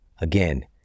Again